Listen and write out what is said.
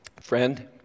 Friend